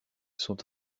sont